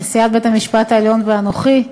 נשיאת בית-המשפט העליון ואנוכי,